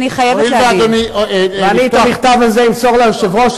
אני את המכתב הזה אמסור ליושב-ראש,